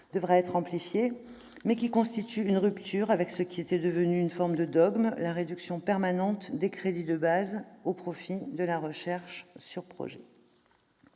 devra être amplifiée, mais qui représente une rupture avec ce qui était devenu une forme de dogme : la réduction permanente des crédits de base au profit de la recherche sur projets.